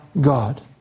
God